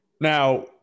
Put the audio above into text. Now